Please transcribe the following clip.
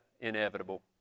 inevitable